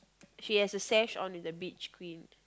she has a sash on the beach queen